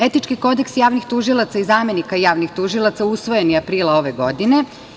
Etički kodeks javnih tužilaca i zamenika javnih tužilaca usvojen je aprila ove godine.